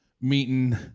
meeting